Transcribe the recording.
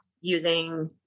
using